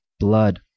Blood